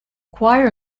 choir